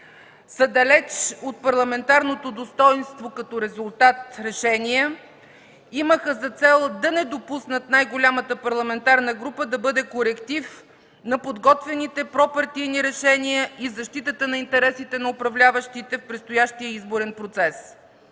далеч от парламентарното достойнство като резултат и имаха за цел да не допуснат най-голямата парламентарна група да бъде коректив на подготвяните пропартийни решения и защитата на интересите на управляващите в предстоящия изборен процес.